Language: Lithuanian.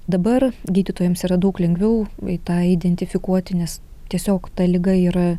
dabar gydytojams yra daug lengviau vai tą identifikuoti nes tiesiog ta liga yra